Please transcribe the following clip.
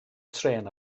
trên